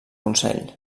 consell